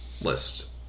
list